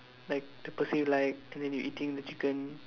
like the person you like and then you eating the chicken